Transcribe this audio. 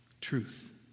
truth